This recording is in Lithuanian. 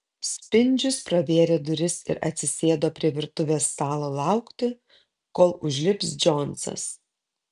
spindžius pravėrė duris ir atsisėdo prie virtuvės stalo laukti kol užlips džonsas